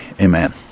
Amen